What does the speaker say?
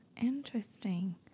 Interesting